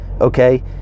okay